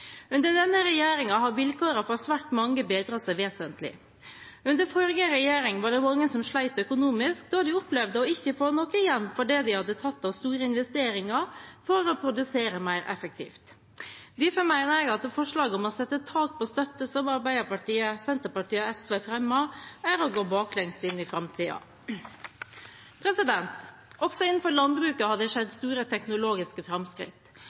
Under denne regjeringen har vilkårene for svært mange bedret seg vesentlig. Under forrige regjering var det mange som slet økonomisk, da de opplevde å ikke få noe igjen for det de hadde tatt av store investeringer for å produsere mer effektivt. Derfor mener jeg at forslaget om å sette tak på støtte, som Arbeiderpartiet, Senterpartiet og SV fremmer, er å gå baklengs inn i framtiden. Også innenfor landbruket har det skjedd store teknologiske framskritt.